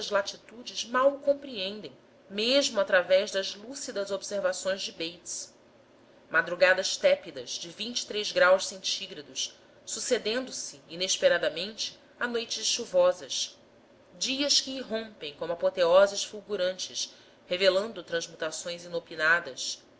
latitudes mal o compreendem mesmo através das lúcidas observações de bates madrugadas tépidas de vinte três graus cantiga dos sucedendo se inesperadamente a noites chuvosas dias que irrompem como apoteoses fulgurantes revelando transmutações inopinadas